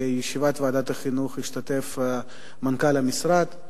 בישיבת ועדת החינוך השתתף מנכ"ל המשרד,